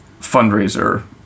fundraiser